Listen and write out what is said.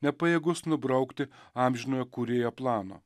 nepajėgus nubraukti amžinojo kūrėjo plano